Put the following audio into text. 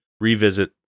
revisit